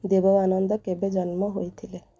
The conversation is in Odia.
ଦେବ ଆନନ୍ଦ କେବେ ଜନ୍ମ ହେଇଥିଲେ